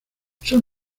son